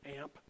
amp